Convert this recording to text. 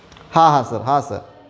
हां हां सर हां सर